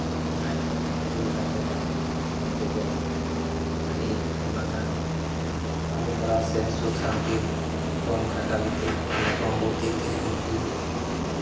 ᱟᱡ ᱫᱩᱨ ᱜᱟᱛᱮ ᱛᱟᱭ ᱱᱩᱠᱩ ᱠᱚᱣᱟᱜ ᱟᱹᱰᱤ ᱟᱭᱢᱟᱜᱟᱱ ᱠᱟᱹᱢᱤᱦᱚᱨᱟ ᱥᱮ ᱥᱩᱠ ᱥᱟᱱᱛᱤ ᱠᱚᱢ ᱠᱷᱟᱴᱟᱞᱤ ᱛᱮ ᱠᱚᱢ ᱵᱩᱫᱽᱫᱷᱤᱛᱮ ᱩᱱᱠᱩ